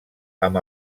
amb